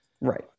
Right